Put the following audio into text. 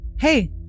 Hey